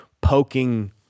poking